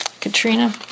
Katrina